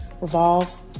Revolve